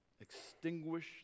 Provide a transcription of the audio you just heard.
extinguish